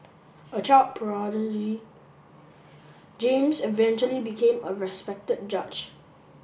a child prodigy James eventually became a respected judge